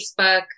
Facebook